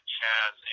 Chaz